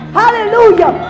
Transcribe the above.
hallelujah